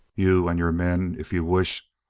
you and your men, if you wish,